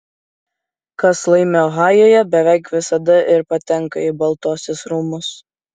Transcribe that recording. kas laimi ohajuje beveik visada ir patenka į baltuosius rūmus